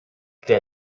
crea